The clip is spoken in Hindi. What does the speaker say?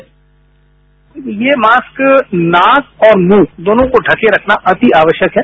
साउंड बाईट ये मास्क नाक और मुंह दोनों को ढ़के रखना अति आवश्यक है